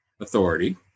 authority